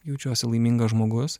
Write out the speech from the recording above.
jaučiuosi laimingas žmogus